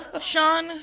Sean